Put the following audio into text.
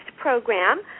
program